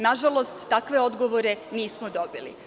Nažalost, takve odgovore nismo dobili.